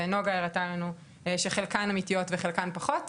נגה הראתה לנו שחלקן אמתיות וחלקן פחות,